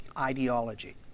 ideology